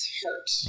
hurt